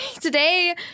Today